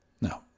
No